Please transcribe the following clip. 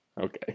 okay